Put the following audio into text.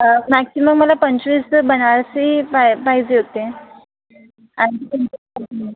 maximum मला पंचवीस बनारसी पा पाहिजे होते आणखी